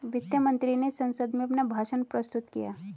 वित्त मंत्री ने संसद में अपना भाषण प्रस्तुत किया